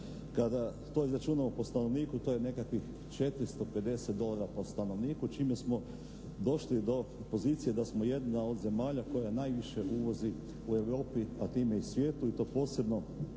Kada to izračunamo po stanovniku to je nekakvih 450 dolara po stanovniku čime smo došli do pozicije da smo jedna od zemalja koja najviše uvozi u Europi, a time i svijetu i to posebno